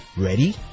Ready